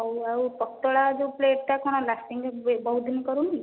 ହଉ ଆଉ ପତଳା ଯେଉଁ ପ୍ଲେଟ୍ ଟା କଣ ଲାଷ୍ଟିଙ୍ଗ ବହୁତଦିନ କରିବନି